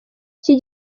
iki